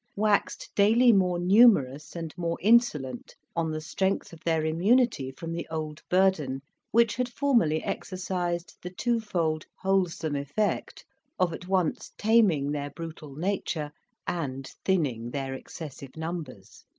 waxed daily more numerous and more insolent on the strength of their immunity from the old burden which had formerly exercised the twofold wholesome effect of at once taming their brutal nature and thinning their excessive numbers.